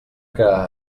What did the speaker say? que